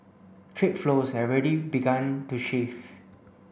trade flows have already begun to shift